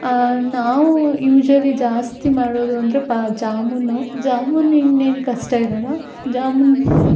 ನಾವು ಯೂಶಲಿ ಜಾಸ್ತಿ ಮಾಡೋದು ಅಂದರೆ ಪಾ ಜಾಮೂನು ಜಾಮೂನು ಇನ್ನೇನು ಕಷ್ಟ ಇರಲ್ಲ ಜಾಮೂನು